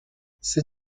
ces